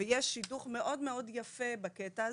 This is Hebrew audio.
ויש שידוך מאוד מאוד יפה בקטע הזה.